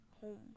home